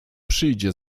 przyjdzie